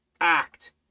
act